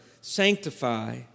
sanctify